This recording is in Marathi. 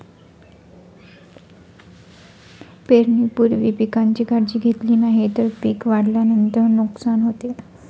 पेरणीपूर्वी पिकांची काळजी घेतली नाही तर पिक वाढल्यानंतर नुकसान होते